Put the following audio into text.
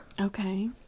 okay